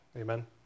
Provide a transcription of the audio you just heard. Amen